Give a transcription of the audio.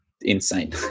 insane